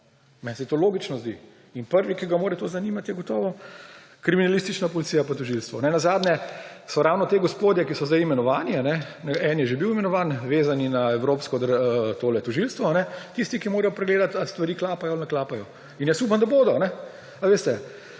Meni se to logično zdi. In prvi, ki ga mora to zanimati, je gotovo kriminalistična policija pa tožilstvo. Nenazadnje so ravno ti gospodje, ki so sedaj imenovani, en je že bil imenovan, vezani na evropsko tožilstvo, tisti, ki morajo pregledati, ali stvari klapajo ali ne klapajo. In jaz upam, da bodo. Če je